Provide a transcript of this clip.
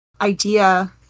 idea